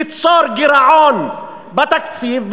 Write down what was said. תיצור גירעון בתקציב,